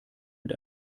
mit